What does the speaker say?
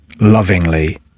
lovingly